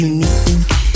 Unique